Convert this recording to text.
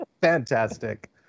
fantastic